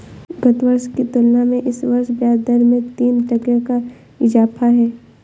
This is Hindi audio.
गत वर्ष की तुलना में इस वर्ष ब्याजदर में तीन टके का इजाफा है